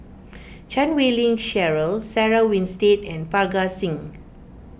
Chan Wei Ling Cheryl Sarah Winstedt and Parga Singh